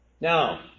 Now